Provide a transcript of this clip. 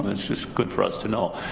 that's just good for us to know.